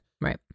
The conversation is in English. Right